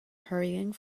hurrying